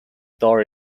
door